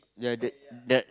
ya that that